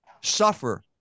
suffer